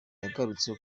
yagarutse